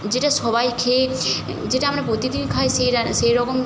যেটা সবাই খেয়ে যেটা আমরা প্রতিদিন খাই সেই সেই রকম